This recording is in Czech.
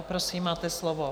Prosím, máte slovo.